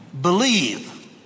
believe